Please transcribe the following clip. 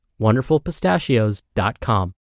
wonderfulpistachios.com